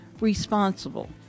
responsible